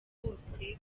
bose